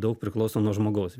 daug priklauso nuo žmogaus